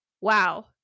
wow